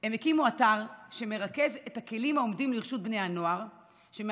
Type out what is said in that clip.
הם הקימו אתר שמרכז את הכלים העומדים לרשות בני הנוער שמאפשר